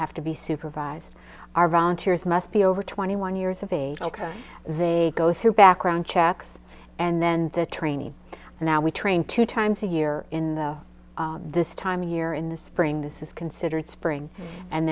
have to be supervised our volunteers must be over twenty one years of age ok they go through background checks and then the training now we train two times a year in the this time year in the spring this is considered spring and